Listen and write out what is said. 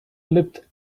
leapt